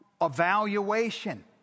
evaluation